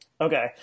Okay